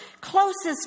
closest